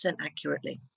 accurately